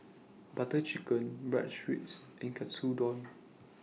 Butter Chicken Bratwurst and Katsudon